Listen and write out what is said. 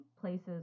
places